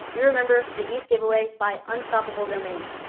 you remember the eth giveaway by unstoppable domains.